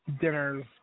Dinner's